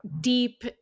deep